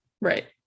Right